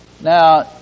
Now